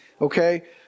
Okay